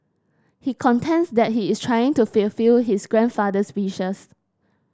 he contends that he is trying to fulfil his grandfather's wishes